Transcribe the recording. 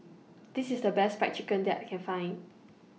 This IS The Best Fried Chicken that I Can Find